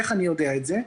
איך אני יודע את זה?